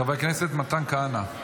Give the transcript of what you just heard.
חבר הכנסת מתן כהנא,